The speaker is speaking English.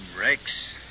Rex